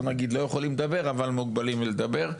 לא נגיד שהם לא יכולים לדבר, אבל מוגבלים בלדבר.